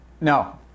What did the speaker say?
No